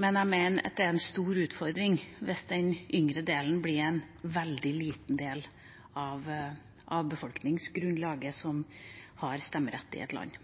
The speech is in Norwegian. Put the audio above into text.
men jeg mener at det er en stor utfordring hvis den yngre delen blir en veldig liten del av befolkningsgrunnlaget som har stemmerett i et land.